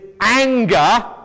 anger